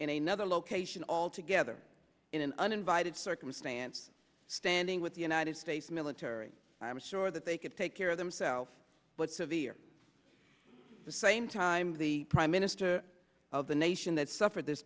nother location all together in an uninvited circumstance standing with the united states military i'm sure that they could take care of themselves but severe the same time the prime minister of the nation that suffered this